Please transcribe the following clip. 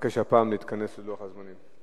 מבקש שגם הפעם נתכנס ללוח הזמנים.